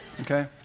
okay